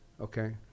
okay